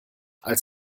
als